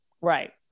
Right